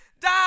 die